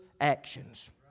actions